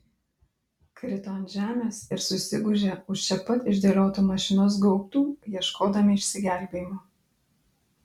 krito ant žemės ir susigūžė už čia pat išdėliotų mašinos gaubtų ieškodami išsigelbėjimo